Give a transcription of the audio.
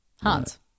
Hans